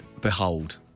behold